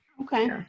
okay